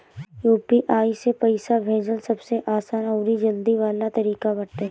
UPI से पईसा भेजल सबसे आसान अउरी जल्दी वाला तरीका बाटे